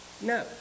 No